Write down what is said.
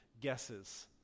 guesses